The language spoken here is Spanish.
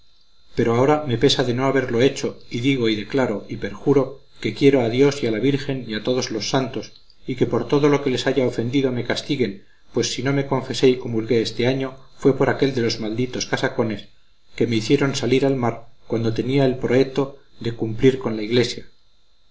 pero ahora me pesa de no haberlo hecho y digo y declaro y perjuro que quiero a dios y a la virgen y a todos los santos y que por todo lo que les haya ofendido me castiguen pues si no me confesé y comulgué este año fue por aquél de los malditos casacones que me hicieron salir al mar cuando tenía el proeto de cumplir con la iglesia